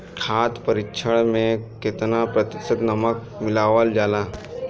खाद्य परिक्षण में केतना प्रतिशत नमक मिलावल जाला?